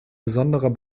besonderer